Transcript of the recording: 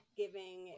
giving